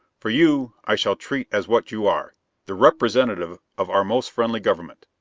for you i shall treat as what you are the representative of our most friendly government.